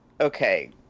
okay